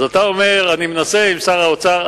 אז אתה אומר: אני מנסה עם שר האוצר.